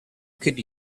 could